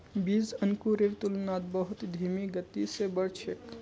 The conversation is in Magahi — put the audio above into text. बीज अंकुरेर तुलनात बहुत धीमी गति स बढ़ छेक